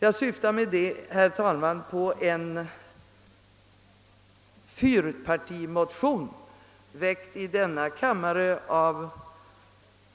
Jag syftar med detta, herr talman, på en fyrpartimotion väckt i denna kammare av